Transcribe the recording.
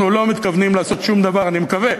אנחנו לא מתכוונים לעשות שום דבר, אני מקווה,